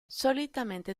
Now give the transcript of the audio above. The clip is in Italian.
solitamente